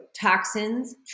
toxins